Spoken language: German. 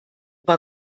war